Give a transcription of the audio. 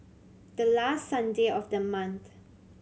the last Sunday of the month